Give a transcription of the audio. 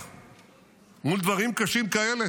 לאור הדברים הקשים הללו,